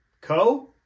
Co